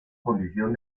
condición